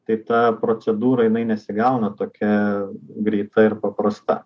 tai ta procedūra jinai nesigauna tokia greita ir paprasta